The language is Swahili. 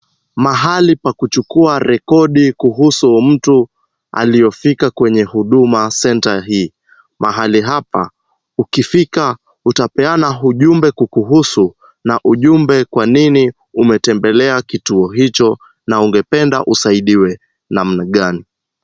Mahali pa kuchukua rekodi kuhusu mtu aliyefika kwenye Huduma Center hii. Mahali hapa ukifika utapeana ujumbe kukuhusu na ujumbe kwanini umetembelea kituo hicho, na ungependa kusaidiwa namna gani.